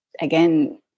again